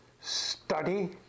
study